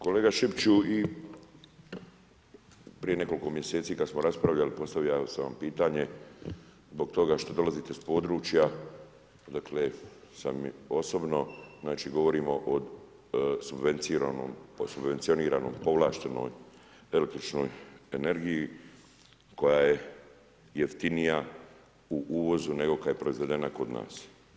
Kolega Šipiću i prije nekoliko mjeseci kada smo raspravljali postavio sam vam pitanje zbog toga što dolazite iz područja odakle sam osobno, znači govorimo o subvencioniranom, povlaštenoj električnoj energiji koja je jeftinija u uvozu nego kada je proizvedena kod nas.